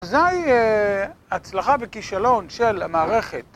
זוהי הצלחה וכישלון של המערכת.